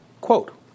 quote